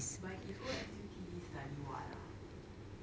but he go S_U_T_D study what ah